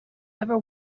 ever